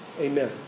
amen